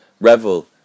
revel